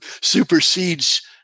supersedes